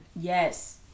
Yes